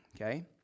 okay